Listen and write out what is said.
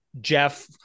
jeff